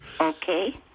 okay